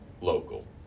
local